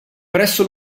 presso